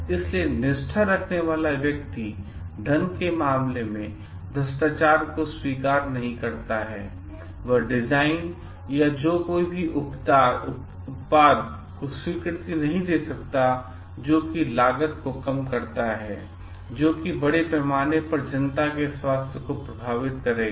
इसलिए निष्ठा रखने वाला व्यक्ति धन के मामले में भ्रष्टाचार को स्वीकार नहीं करता है वह डिजाइन या जो किसी उत्पाद को स्वीकृति नहीं दे सकता जो कि लागत को कम कर सकता है जो कि बड़े पैमाने पर जनता का स्वास्थ्य को प्रभावित करेगा